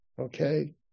Okay